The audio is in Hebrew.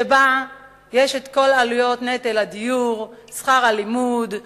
שבה יש כל עלויות נטל הדיור, שכר הלימוד,